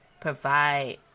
provide